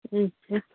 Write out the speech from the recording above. ठीक छै